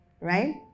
right